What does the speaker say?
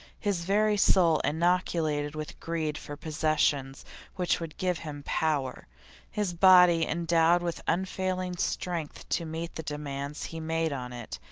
his very soul inoculated with greed for possessions which would give him power his body endowed with unfailing strength to meet the demands he made on it,